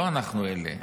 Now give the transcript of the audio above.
לא אנחנו אלה,